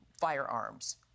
firearms